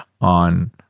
on